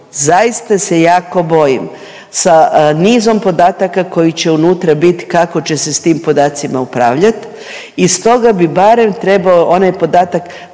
zaista se jako bojim sa nizom podataka koji će unutra biti, kako će se s tim podacima upravljati i stoga bi barem trebao onaj podatak